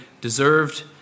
deserved